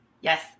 Yes